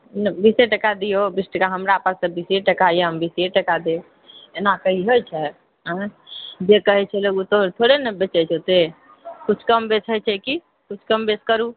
बीस टका दिऔ बीस टका हमरा पास तऽ बीसे टका यऽ हम बीसे टका देब एना कहि होइछै एँ जे कहए छै लोक ओ थोड़े ने बेचए छै लोक ओते किछु कम बेचए छै कि किछु कम बेस करु